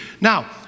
Now